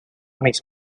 mis